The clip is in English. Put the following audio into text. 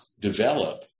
develop